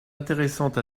intéressantes